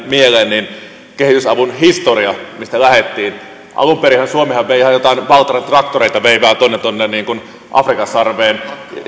mieleen on kehitysavun historia mistä lähdettiin alun perinhän suomi vei ihan jotain valtran traktoreita tuonne tuonne afrikan sarveen